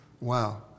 Wow